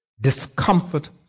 discomfort